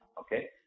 okay